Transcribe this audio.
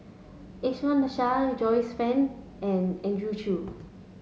Iskandar Shah Joyce Fan and Andrew Chew